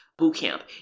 Bootcamp